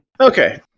Okay